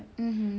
mmhmm